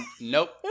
Nope